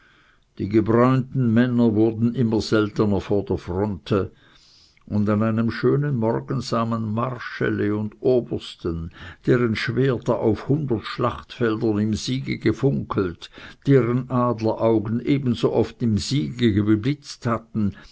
die gebräunten männer wurden immer seltener vor der fronte und an einem schönen morgen sah man marschälle und obersten deren schwerter auf hundert schlachtfeldern im siege gefunkelt deren adleraugen ebenso oft im siege geblitzt hatten